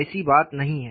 ऐसी बात नहीं है